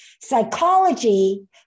psychology